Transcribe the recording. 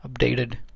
updated